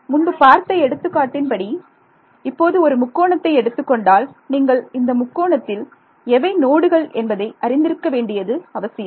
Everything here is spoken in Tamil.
முன்பு பார்த்த எடுத்துக்காட்டின் படி இப்போது ஒரு முக்கோணத்தை எடுத்துக்கொண்டால் நீங்கள் இந்த முக்கோணத்தில் எவை நோடுகள் என்பதை அறிந்திருக்க வேண்டியது அவசியம்